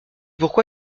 pourquoi